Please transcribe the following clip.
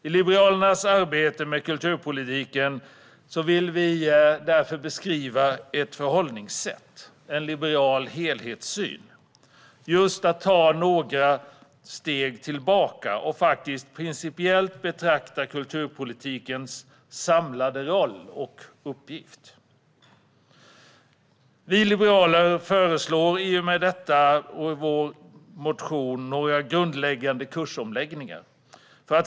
I Liberalernas arbete med kulturpolitiken vill vi därför beskriva ett förhållningssätt, en liberal helhetssyn. Det handlar om att ta några steg tillbaka och faktiskt principiellt betrakta kulturpolitikens samlade roll och uppgift. Vi liberaler föreslår i och med detta i vår motion några grundläggande kursomläggningar.